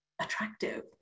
attractive